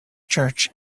church